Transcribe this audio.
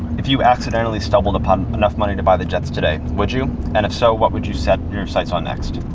if you accidentally stumbled upon enough money to buy the jets today, would you? and if so, what would you set your sights on next?